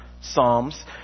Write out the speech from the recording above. psalms